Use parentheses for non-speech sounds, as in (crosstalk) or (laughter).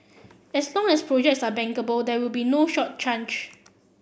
as long as projects are bankable there will be no short (unintelligible)